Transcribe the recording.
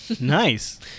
Nice